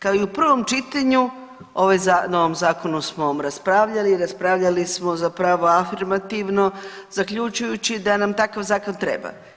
Kao i u prvom čitanju o ovom Zakonu smo raspravljali i raspravljali smo zapravo afirmativno zaključujući da nam takav zakon treba.